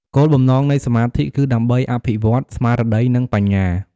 គោលបំណងនៃសមាធិគឺដើម្បីអភិវឌ្ឍស្មារតី និងបញ្ញា។